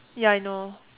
ya I know